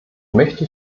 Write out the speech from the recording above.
möchte